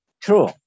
true